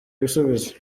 ibisubizo